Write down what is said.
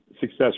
success